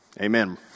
Amen